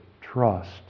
trust